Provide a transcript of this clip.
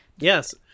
yes